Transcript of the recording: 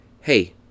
hey